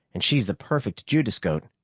and she's the perfect judas goat.